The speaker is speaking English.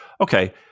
okay